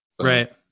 Right